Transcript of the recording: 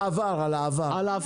על העבר?